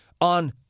on